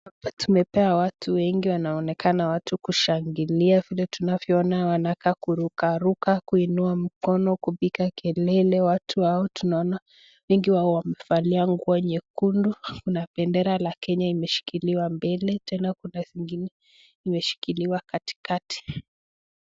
Tumepewa watu wengi wanaonekana watu kushangilia, vile tunavyoona wanakaa kurukaruka, kuinua mikono, kupiga kelele. Watu hao tunaona wengi wao wamevalia nguo nyekundu. Kuna bendera la Kenya imeshikiliwa mbele, tena kuna zingine imeshikiliwa katikati.